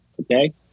Okay